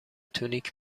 تونیک